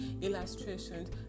illustrations